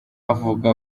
avuga